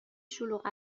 شلوغ